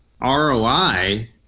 ROI